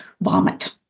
vomit